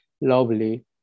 lovely